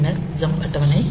பின்னர் ஜம்ப் அட்டவணை